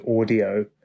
audio